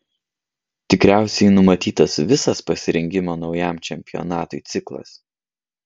tikriausiai numatytas visas pasirengimo naujam čempionatui ciklas